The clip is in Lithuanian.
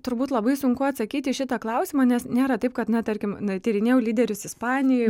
turbūt labai sunku atsakyti į šitą klausimą nes nėra taip kad na tarkim tyrinėjau lyderius ispanijoj